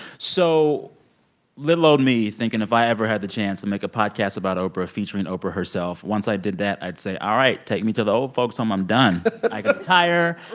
so little old me thinking, if i ever had the chance to make a podcast about oprah featuring oprah herself once i did that, i'd say, all right, take me to the old folks' home i'm done but but i can retire.